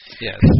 Yes